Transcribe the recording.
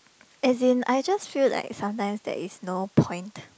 as in I just feel like sometimes there is no point